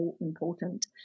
important